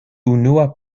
unua